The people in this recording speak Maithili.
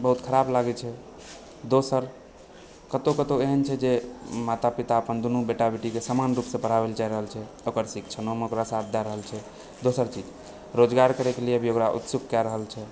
बहुत खराप लागैत छै दोसर कतहुँ कतहुँ एहन छै जे माता पिता अपन दुनू बेटा बेटी के समानरूपसँ पढ़ाबय लए चाहि रहल छै ओकर शिक्षणोमे ओकर साथ दए रहल छै दोसरचीज रोजगार करयके लिए भी ओकरा उत्सुक कए रहल छै